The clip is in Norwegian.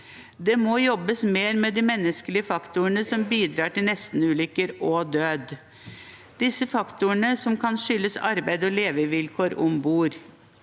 Det må jobbes mer med de menneskelige faktorene som bidrar til nestenulykker og død. Disse faktorene kan skyldes arbeids- og levevilkår om bord.